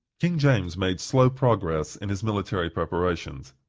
k ing james made slow progress in his military preparations.